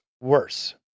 worse